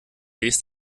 ist